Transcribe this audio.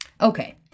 Okay